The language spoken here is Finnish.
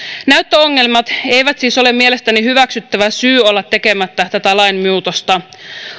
näyttöongelmat eivät siis ole mielestäni hyväksyttävä syy olla tekemättä tätä lainmuutosta